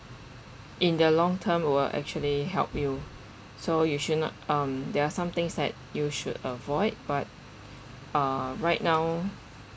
in their long term will actually help you so you should not um there are some things that you should avoid but ah right now